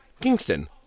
Kingston